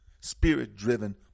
spirit-driven